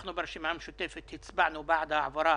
אנחנו ברשימה המשותפת הצבענו בעד ההעברה